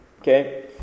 Okay